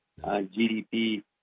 GDP